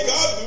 God